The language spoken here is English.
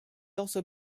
also